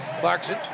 Clarkson